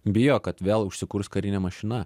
bijo kad vėl užsikurs karinė mašina